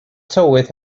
tywydd